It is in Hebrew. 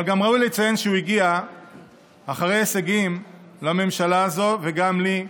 אבל גם ראוי לציין שהוא הגיע אחרי הישגים לממשלה הזאת וגם לי,